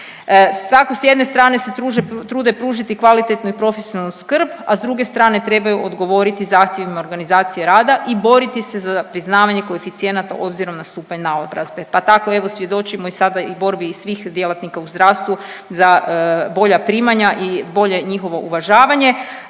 Tako s jedne strane se trude pružiti kvalitetnu i profesionalnu skrb, a s druge strane trebaju odgovoriti zahtjevima organizacije rada i boriti se za priznavanje koeficijenata obzirom na stupanj naobrazbe, pa tako evo svjedočimo sada i borbi svih djelatnika u zdravstvu za bolja primanja i bolje njihovo uvažavanje